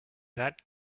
that